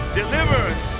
delivers